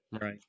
Right